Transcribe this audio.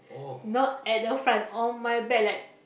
not at the front on my back like